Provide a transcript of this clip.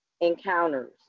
encounters